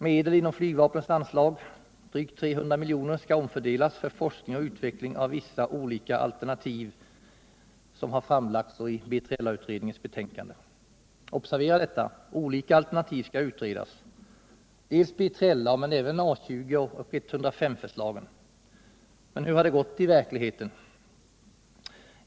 Medel inom flygvapnets anslag — drygt 300 miljoner — skall omfördelas för forskning och utveckling av vissa olika alternativ som har framlagts i BILA-utredningens betänkande. Observera alltså att olika alternativ skulle utredas, dels B3LA, dels A 20 och 105-förslagen. Men hur har det gått i verkligheten?